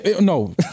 no